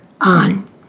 on